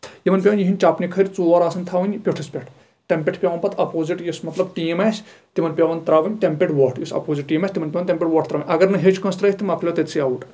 یِمن پیوان یِہنٛدۍ چپنہِ کھرۍ ژور آسان تھاؤنۍ پیُٹھُس پٮ۪ٹھ تَمہِ پٮ۪ٹھ چھُ پیوان پَتہٕ اَپوزِٹ یُس مطلب ٹیٖم آسہِ تِمن پیوان تراوُن تَمہِ پٮ۪ٹھ وۄٹھ یُس اَپوِٹ ٹیٖم اَسہِ تِمن پیوان تَمہِ پٮ۪ٹھ وۄٹھ تراؤنۍ اَگر نہٕ ہیٚچھ کٲنٛسہِ تراوِتھ تہٕ مۄکلیو تٔتۍ سٕے اَوُٹ